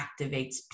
activates